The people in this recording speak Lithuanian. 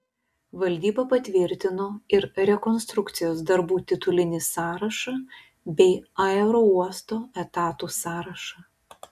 valdyba patvirtino ir rekonstrukcijos darbų titulinį sąrašą bei aerouosto etatų sąrašą